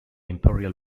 imperial